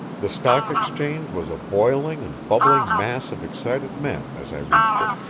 the stock exchange was a boiling and bubbling mass of excited men as i reached it.